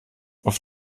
auf